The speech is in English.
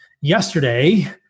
yesterday